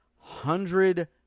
hundred